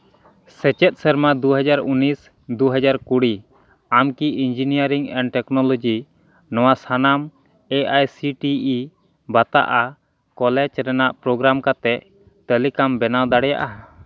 ᱥᱮᱪᱮᱫ ᱥᱮᱨᱢᱟ ᱫᱩ ᱦᱟᱡᱟᱨ ᱩᱱᱤᱥ ᱫᱩ ᱦᱟᱡᱟᱨ ᱠᱩᱲᱤ ᱟᱢ ᱠᱤ ᱤᱧᱡᱤᱱᱱᱤᱭᱟᱨᱤᱝ ᱮᱱᱰ ᱴᱮᱠᱱᱳᱞᱚᱡᱤ ᱱᱚᱣᱟ ᱥᱟᱱᱟᱢ A I C T E ᱵᱟᱛᱟᱜᱼᱟ ᱠᱚᱞᱮᱡᱽ ᱨᱮᱱᱟᱜ ᱯᱨᱳᱜᱨᱟᱢ ᱠᱟᱛᱮᱫ ᱛᱟᱹᱞᱤᱠᱟᱢ ᱵᱮᱱᱟᱣ ᱫᱟᱲᱮᱭᱟᱜᱼᱟ